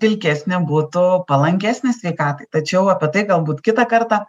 pilkesnė būtų palankesnė sveikatai tačiau apie tai galbūt kitą kartą